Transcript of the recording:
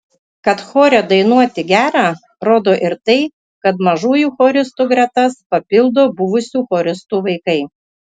kad chore dainuoti gera rodo ir tai kad mažųjų choristų gretas papildo buvusių choristų vaikai